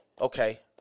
okay